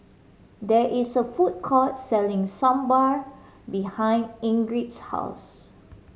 there is a food court selling Sambar behind Ingrid's house